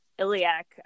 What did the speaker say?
Iliac